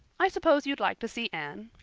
i suppose you'd like to see anne.